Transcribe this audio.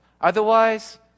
Otherwise